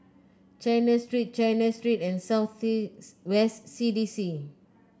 China Street China Street and South West C D C